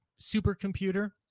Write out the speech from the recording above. supercomputer